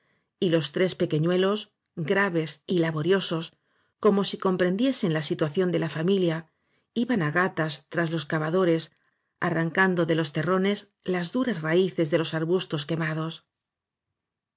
y los tres pequeñuelos graves y labo riosos como si comprendiesen la situación de la familia iban á gatas tras los cavadores arrancando de los terrones las duras raíces de los arbustos quemados